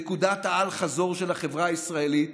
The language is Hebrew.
נקודת האל-חזור של החברה הישראלית